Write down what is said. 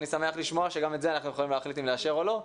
אני שמח לשמוע שגם את זה אנחנו יכולים להחליט אם לאשר או לא.